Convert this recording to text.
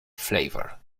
flavor